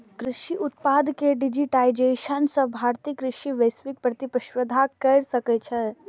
कृषि उत्पाद के डिजिटाइजेशन सं भारतीय कृषि वैश्विक प्रतिस्पर्धा कैर सकै छै